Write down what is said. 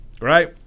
Right